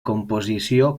composició